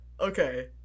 Okay